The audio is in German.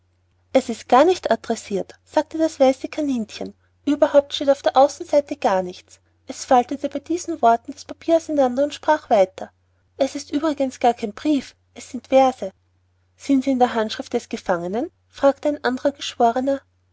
es ist gar nicht adressirt sagte das weiße kaninchen überhaupt steht auf der außenseite gar nichts es faltete bei diesen worten das papier auseinander und sprach weiter es ist übrigens gar kein brief es sind verse sind sie in der handschrift des gefangenen fragte ein anderer geschworner